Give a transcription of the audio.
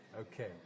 Okay